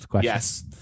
Yes